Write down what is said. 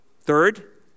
Third